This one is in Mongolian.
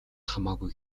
хамаагүй